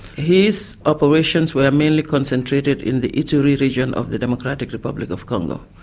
his operations were mainly concentrated in the ituri region of the democratic republic of congo.